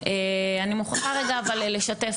שבאים להקפיא כל ניסיון לרענן או לשנות